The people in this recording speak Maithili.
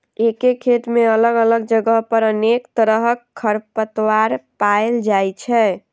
एके खेत मे अलग अलग जगह पर अनेक तरहक खरपतवार पाएल जाइ छै